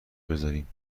بزاریم